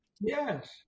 Yes